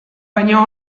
baino